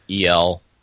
EL